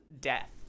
death